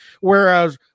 Whereas